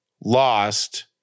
lost